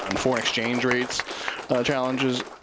and foreign exchange rates challenges.